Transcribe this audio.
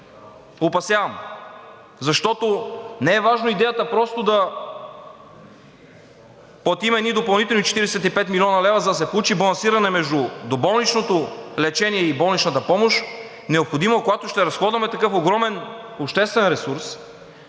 опасявам. Защото не е важно идеята просто да платим едни допълнителни 45 млн. лв., за да се получи балансиране между доболничното лечение и болничната помощ, необходимо е, когато ще разходваме такъв огромен обществен ресурс,